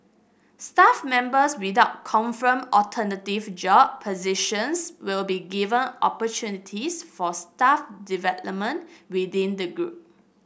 staff members without confirmed alternative job positions will be given opportunities for staff development within the group